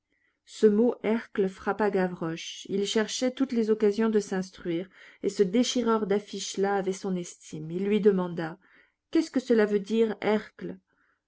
ce mot hercle frappa gavroche il cherchait toutes les occasions de s'instruire et ce déchireur daffiches là avait son estime il lui demanda qu'est-ce que cela veut dire